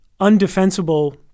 undefensible